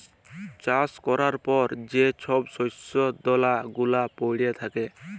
চাষ ক্যরার পর যে ছব শস্য দালা গুলা প্যইড়ে থ্যাকে